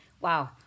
Wow